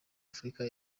afurika